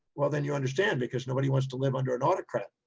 well, then you understand, because nobody wants to live under an autocrat.